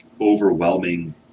overwhelming